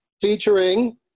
featuring